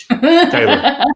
Taylor